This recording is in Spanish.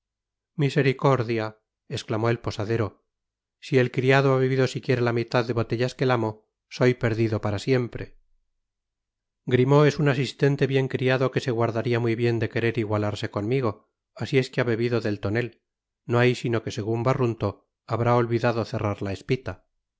misericordia esclamó el posadero si el criado ha bebido siquiera la mitad de botellas que el amo soy perdido para siempre grimaud es un asistente bien criado que se guardaria muy bien de querer igualarse conmigo asi es que ha bebido del tonet no hay sino que segun barrunto habrá olvidado cerrar la espita no